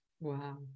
Wow